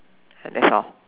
that's all